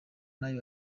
nabi